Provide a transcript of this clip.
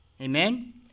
Amen